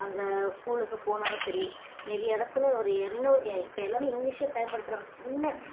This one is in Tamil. அங்கே ஸ்கூலுக்கு போனாலும் சரி நிறையா இடத்துல ஒரு என்ன ஒரு இப்போ எல்லாமே இங்கிலீஷே பயன்படுத்துகிறாங்க சின்ன